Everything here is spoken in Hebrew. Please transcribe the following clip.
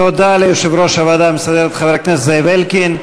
תודה ליושב-ראש הוועדה המסדרת חבר הכנסת זאב אלקין.